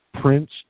Prince